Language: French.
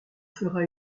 fera